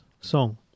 song